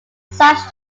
such